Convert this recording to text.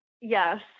Yes